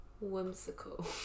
Whimsical